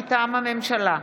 מטעם הממשלה: